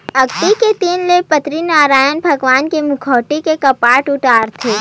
अक्ती के दिन ले बदरीनरायन भगवान के मुहाटी के कपाट उघरथे